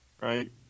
Right